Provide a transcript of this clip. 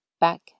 back